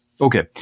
Okay